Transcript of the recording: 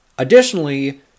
Additionally